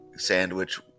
sandwich